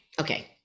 okay